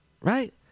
Right